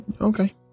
Okay